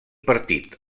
partit